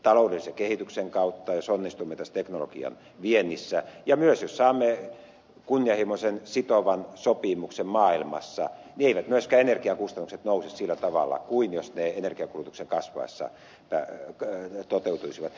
taloudellisen kehityksen kautta jos onnistumme tässä teknologian viennissä ja myös jos saamme kunnianhimoisen sitovan sopimuksen maailmassa eivät myöskään energiakustannukset nouse sillä tavalla kuin jos ne energiankulutuksen kasvaessa toteutuisivat